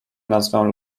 nazwę